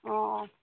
অঁ